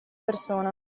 persona